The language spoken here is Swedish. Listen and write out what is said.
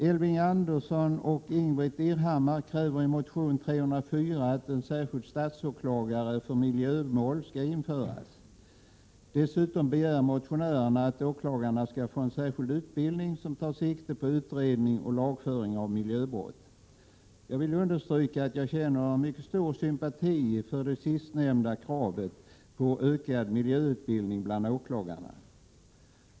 Elving Andersson och Ingbritt Irhammar kräver i motion Ju304 att en särskild statsåklagare för miljömål skall införas. Dessutom begär motionärerna att åklagarna skall få en särskild utbildning som tar sikte på utredning och lagföring beträffande miljöbrott. Jag vill understryka att jag känner mycket stor sympati för det sistnämnda kravet på ökad miljöutbildning bland åklagarna.